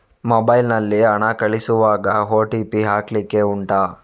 mobile ನಲ್ಲಿ ಹಣ ಕಳಿಸುವಾಗ ಓ.ಟಿ.ಪಿ ಹಾಕ್ಲಿಕ್ಕೆ ಉಂಟಾ